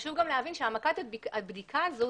חשוב גם להבין שהעמקת הבדיקה הזו,